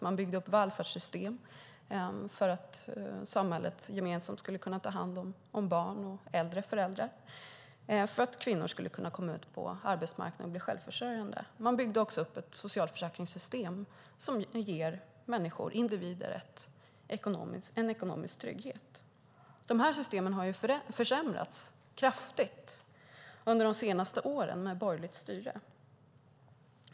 Man byggde upp välfärdssystem för att samhället gemensamt skulle kunna ta hand om barn och äldre föräldrar och för att kvinnor skulle kunna komma ut på arbetsmarknaden och bli självförsörjande. Man byggde också upp ett socialförsäkringssystem som ger individer en ekonomisk trygghet. De systemen har försämrats kraftigt under de senaste åren med borgerligt styre.